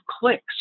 clicks